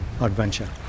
adventure